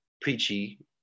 preachy